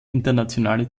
internationale